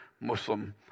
Muslim